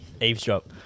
Eavesdrop